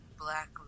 Black